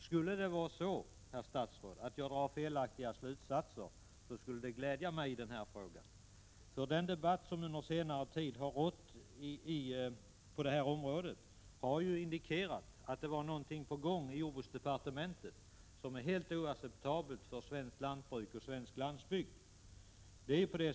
Skulle det vara så, herr statsråd, att jag drar felaktiga slutsatser, skulle det glädja mig i denna fråga, för den debatt som under senare tid har förts på detta område har ju indikerat att det var någonting på gång i jordbruksdepartementet som är helt oacceptabelt för svenskt lantbruk och svensk landsbygd.